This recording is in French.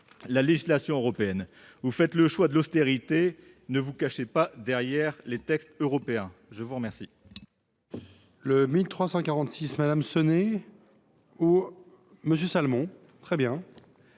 la législation européenne. Vous faites le choix de l’austérité ; ne vous cachez pas derrière les textes européens ! L’amendement